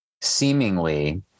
Seemingly